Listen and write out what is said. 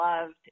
loved